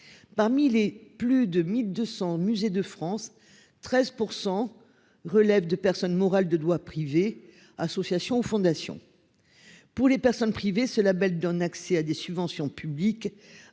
Parmi les plus de 1200 musées de France 13% relève de personne morale de droit privé associations fondations. Pour les personnes privées ce Label donne accès à des subventions publiques